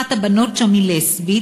אחת הבנות שם היא לסבית,